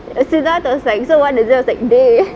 sidharth was like so what is it I was like dey